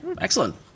Excellent